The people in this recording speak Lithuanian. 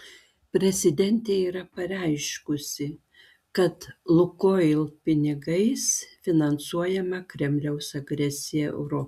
prezidentė yra pareiškusi kad lukoil pinigais finansuojama kremliaus agresija europoje